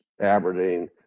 Aberdeen